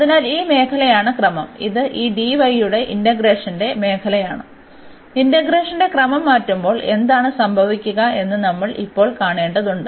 അതിനാൽ ഈ മേഖലയാണ് ക്രമം ഇത് ഈ യുടെ ഇന്റഗ്രേഷന്റെ മേഖലയാണ് ഇന്റഗ്രേഷന്റെ ക്രമം മാറ്റുമ്പോൾ എന്താണ് സംഭവിക്കുക എന്ന് നമ്മൾ ഇപ്പോൾ കാണേണ്ടതുണ്ട്